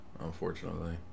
Unfortunately